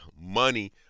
money